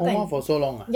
coma for so long ah